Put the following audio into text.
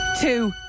two